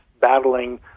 battling